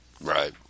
right